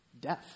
Death